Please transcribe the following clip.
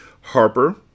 Harper